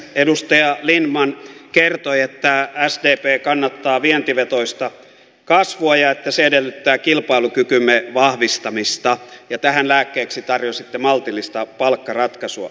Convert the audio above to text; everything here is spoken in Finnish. edustaja lindtman kertoi että sdp kannattaa vientivetoista kasvua ja että se edellyttää kilpailukykymme vahvistamista ja tähän lääkkeeksi tarjositte maltillisia palkkaratkaisuja